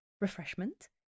refreshment